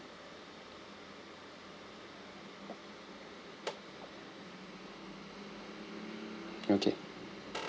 okay